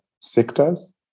sectors